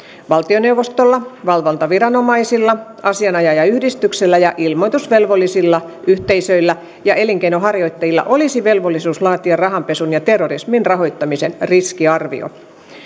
valtioneuvostolla valvontaviranomaisilla asianajajayhdistyksellä ja ilmoitusvelvollisilla yhteisöillä ja elinkeinonharjoittajilla olisi velvollisuus laatia rahanpesun ja terrorismin rahoittamisen riskiarvio